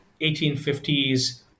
1850s